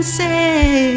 say